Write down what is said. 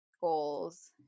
goals